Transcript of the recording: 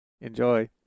Enjoy